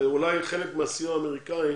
שאולי חלק מהסיוע האמריקאי